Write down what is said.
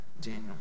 Daniel